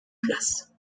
place